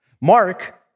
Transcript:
Mark